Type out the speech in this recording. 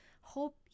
hope